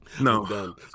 No